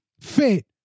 fit